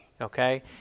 okay